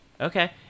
Okay